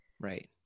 Right